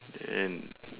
then